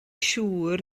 siŵr